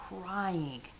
crying